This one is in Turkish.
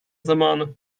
zamanı